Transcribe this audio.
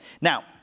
Now